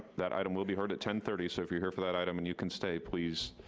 that item will be heard at ten thirty, so if you're here for that item and you can stay, please,